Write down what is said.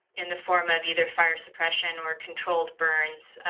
in the form of either fire suppression or controlled burns.